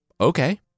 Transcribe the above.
Okay